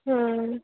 हाँ